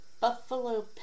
Buffalo